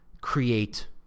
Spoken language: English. create